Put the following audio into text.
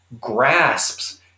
grasps